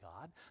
God